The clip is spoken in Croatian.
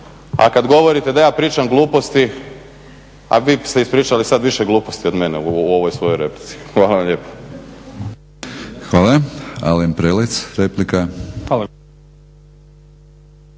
A kad govorite da ja pričam gluposti, a vi ste ispričali sad više gluposti od mene u ovoj svojoj replici. Hvala vam lijepo. **Batinić, Milorad (HNS)** Hvala.